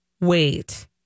Wait